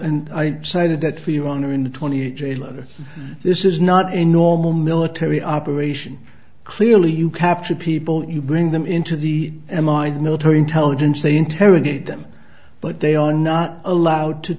and i cited that for your honor in the twenty this is not a normal military operation clearly you capture people you bring them into the m r i the military intelligence they interrogate them but they are not allowed to